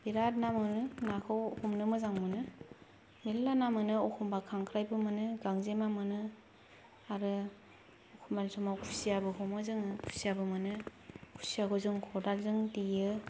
बिरात ना मोनो नाखौ हमनो मोजां मोनो मेल्ला ना मोनो एखनबा खांख्रायबो मोनो गांजेमा मोनो आरो एखनबा समाव खुसियाबो हमो जोङो खुसियाबो मोनो खुसियाखौ जों खदालजों देयो